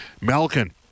Melkin